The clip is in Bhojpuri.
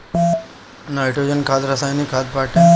नाइट्रोजन खाद रासायनिक खाद बाटे